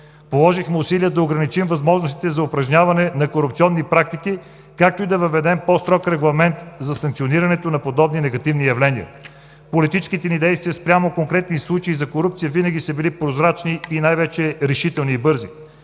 Положихме усилия да ограничим възможностите за упражняване на корупционни практики, както и да въведем по-строг регламент за санкционирането на подобни негативни явления. Политическите ни действия спрямо конкретни случаи за корупция винаги са били прозрачни и най-вече решителни и бързи.